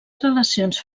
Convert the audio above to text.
relacions